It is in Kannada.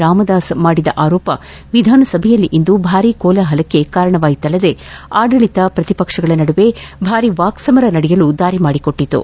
ರಾಮದಾಸ್ ಮಾಡಿದ ಆರೋಪ ವಿಧಾನಸಭೆಯಲ್ಲಿಂದು ಭಾರೀ ಕೋಲಾಹಲಕ್ಕೆ ಕಾರಣವಾಯಿತಲ್ಲದೆ ಆದಳಿತ ಪ್ರತಿಪಕ್ಷಗಳ ನಡುವೆ ಭಾರೀ ವಾಕ್ಸಮರ ನಡೆಯಲು ದಾರಿ ಮಾಡಿಕೊಟ್ಟಿತು